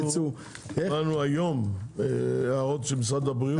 קיבלנו היום הערות של משרד הבריאות.